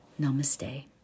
Namaste